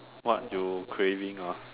what you craving ah